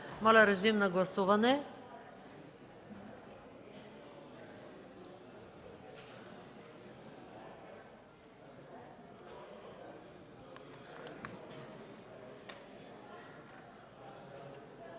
Моля, режим на гласуване.